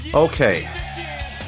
Okay